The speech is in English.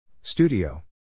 Studio